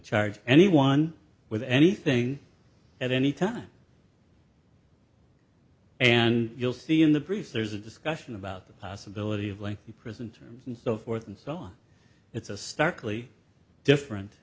charge anyone with anything at any time and you'll see in the brief there's a discussion about the possibility of lengthy prison terms and so forth and so on it's a starkly different